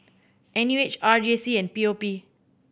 N U H R J C and P O P